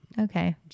Okay